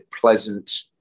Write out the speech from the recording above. pleasant